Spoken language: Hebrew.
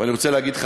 ואני רוצה להגיד לך,